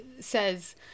says